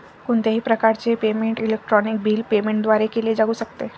कोणत्याही प्रकारचे payment electronic bill payment द्वारे केले जाऊ शकते